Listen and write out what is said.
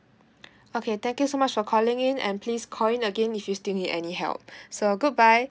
okay thank you so much for calling in and please call in again if you still need any help so goodbye